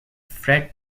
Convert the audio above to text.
freight